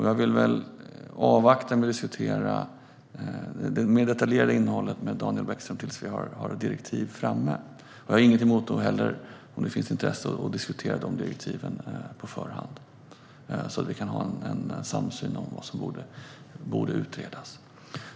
Jag vill avvakta med att diskutera det mer detaljerade innehållet med Daniel Bäckström tills vi har direktiv. Jag har ingenting emot att diskutera direktiven på förhand, om det finns intresse, så att vi kan ha en samsyn om vad som borde utredas.